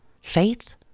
Faith